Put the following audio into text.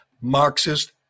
Marxist